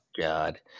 god